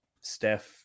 Steph